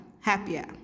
happier